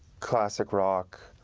classic rock,